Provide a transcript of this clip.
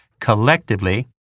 Collectively